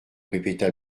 répéta